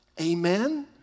Amen